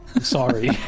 sorry